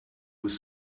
with